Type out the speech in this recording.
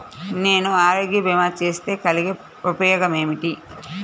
నేను ఆరోగ్య భీమా చేస్తే కలిగే ఉపయోగమేమిటీ?